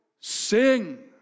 sing